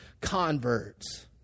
converts